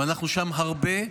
אנחנו שם הרבה.